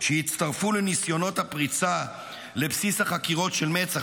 שהצטרפו לניסיונות הפריצה לבסיס החקירות של מצ"ח